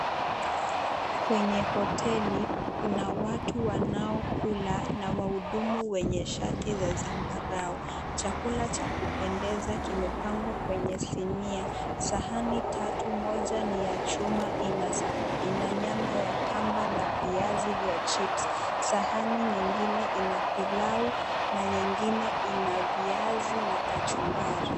Kwenye hoteli kuna watu wanaokula na wanahudumu wenye shati za zambarau. Chakula cha kupendeza kimepangwa kwenye sinia. Sahani tatu moja ni ya chuma ina nyama ya kamba na viazi vya chipsi. Sahani nyingine ina pilau na nyingine ina viazi na kachumbari.